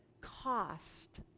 cost